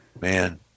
Man